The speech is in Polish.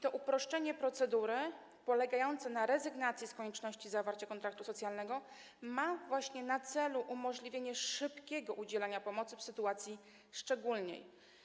To uproszczenie procedury polegające na rezygnacji z konieczności zawarcia kontraktu socjalnego ma właśnie na celu umożliwienie szybkiego udzielenia pomocy w sytuacji szczególnej.